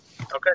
Okay